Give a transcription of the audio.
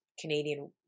Canadian